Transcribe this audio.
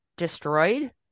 destroyed